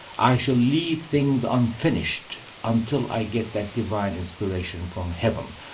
i shall leave things unfinished until i get that divine inspiration from heaven.